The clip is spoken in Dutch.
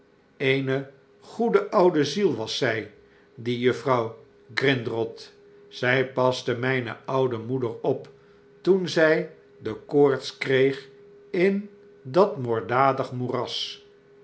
eene goede oude ziel was zy die juftrouw grrindroct zy paste mpe oude moeder op toen zij de koorts kreeg in dat moorddadig moeras